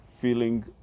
feeling